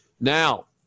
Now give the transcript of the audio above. Now